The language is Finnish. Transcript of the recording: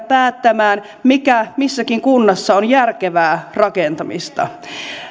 päättämään mikä missäkin kunnassa on järkevää rakentamista